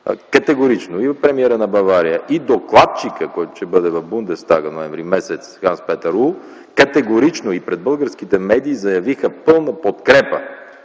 категорично и от премиера на Бавария и докладчикът, който ще бъде в Бундестага през месец ноември Ханс Петър Улф, категорично и пред българските медии заявиха пълна подкрепа